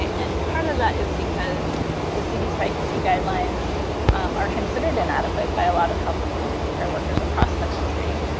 and part of that is because the cdc site c guidelines are considered inadequate by a lot of health care workers across the country,